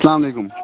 اسلامُ علیکُم